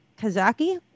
Kazaki